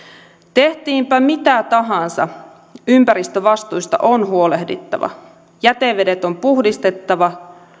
tehtiinpä mitä tahansa ympäristövastuista on huolehdittava jätevedet on puhdistettava